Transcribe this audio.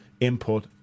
input